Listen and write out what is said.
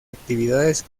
actividades